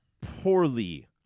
poorly